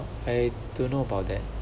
I don't know about that